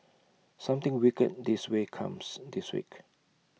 something wicked this way comes this week